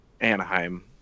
anaheim